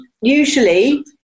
usually